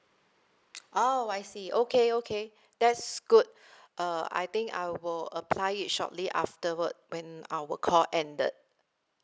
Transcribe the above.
oh I see okay okay that's good uh I think I will apply it shortly afterward when our call ended